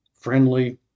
friendly